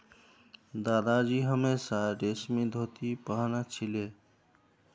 दादाजी हमेशा रेशमी धोती पह न छिले